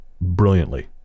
brilliantly